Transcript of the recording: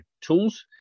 tools